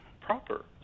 proper